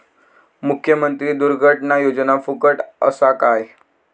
मुख्यमंत्री दुर्घटना योजना फुकट असा काय?